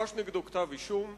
הוגש נגדו כתב אישום,